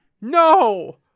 No